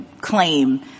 claim